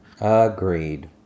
Agreed